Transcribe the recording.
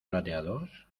plateados